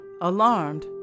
Alarmed